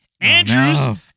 Andrews